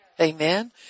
Amen